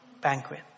Banquet